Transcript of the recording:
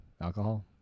alcohol